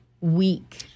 week